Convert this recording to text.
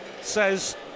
says